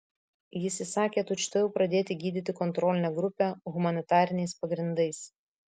jis įsakė tučtuojau pradėti gydyti kontrolinę grupę humanitariniais pagrindais